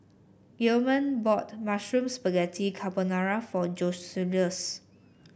Gilman bought Mushroom Spaghetti Carbonara for Joseluis